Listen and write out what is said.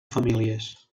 famílies